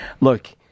Look